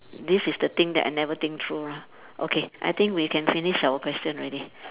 this is the thing that I never think through lah okay I think we can finish all question already